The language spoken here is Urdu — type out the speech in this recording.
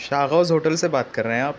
شاغوز ہوٹل سے بات کرہے ہیں آپ